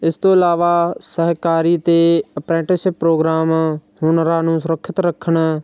ਇਸ ਤੋਂ ਇਲਾਵਾ ਸਹਿਕਾਰੀ ਅਤੇ ਅਪ੍ਰੈਂਟਿਸ ਪ੍ਰੋਗਰਾਮ ਹੁਨਰਾਂ ਨੂੰ ਸੁਰੱਖਿਅਤ ਰੱਖਣ